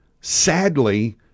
sadly